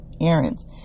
errands